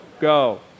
go